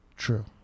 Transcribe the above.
True